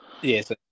yes